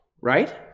Right